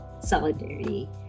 solidarity